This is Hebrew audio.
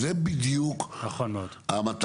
זה התיקון של ההגדרה של הממונה.